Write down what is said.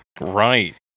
Right